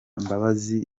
mbabazi